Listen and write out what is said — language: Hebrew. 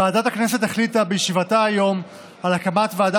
ועדת הכנסת החליטה בישיבתה היום על הקמת ועדה